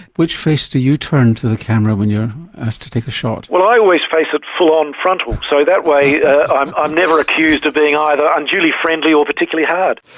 which face do you turn to the camera when you are asked to take a shot? well, i always face it full-on frontal, so that way i'm i'm never accused of being either unduly friendly or particularly hard.